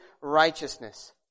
righteousness